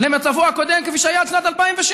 למצבו הקודם כפי שהיה עד שנת 2006,